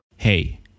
Hey